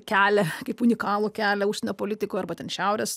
kelią kaip unikalų kelią užsienio politikų arba ten šiaurės